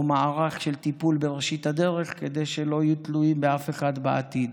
או מערך של טיפול בראשית הדרך כדי שלא יהיו תלויים באף אחד בעתיד.